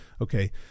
Okay